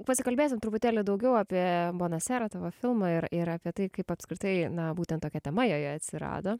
pasikalbėsim truputėlį daugiau apie bona serą tavo filmą ir apieir tai kaip apskritai na būtent tokia tema joje atsirado